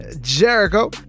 Jericho